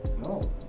No